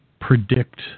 predict